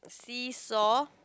seesaw